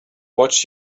watched